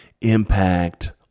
impact